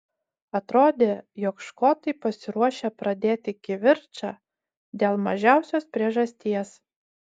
atrodė jog škotai pasiruošę pradėti kivirčą dėl mažiausios priežasties